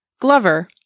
Glover